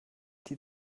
die